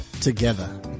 together